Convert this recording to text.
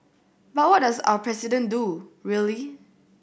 but what does our president do really